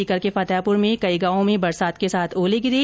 सीकर के फतेहपुर में कई गांवों में बरसात के साथ ओले भी गिरे